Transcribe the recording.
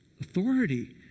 Authority